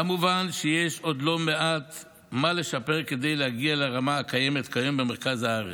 כמובן שיש עוד לא מעט מה לשפר כדי להגיע לרמה הקיימת כיום במרכז הארץ.